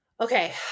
okay